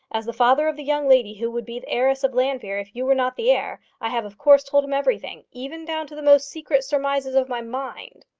as the father of the young lady who would be the heiress of llanfeare if you were not the heir, i have of course told him everything even down to the most secret surmises of my mind.